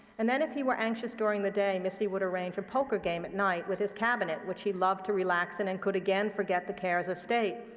and then if he were anxious during the day, missy would arrange a poker game at night with his cabinet, which he loved to relax, and and could again forget the cares of state.